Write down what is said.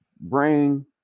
bring